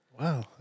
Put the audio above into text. Wow